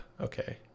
Okay